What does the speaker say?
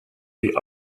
die